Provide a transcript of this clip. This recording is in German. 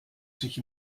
sich